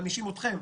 מענישים אתכם,